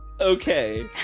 okay